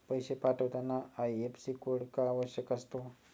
पैसे पाठवताना IFSC code का आवश्यक असतो?